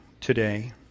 today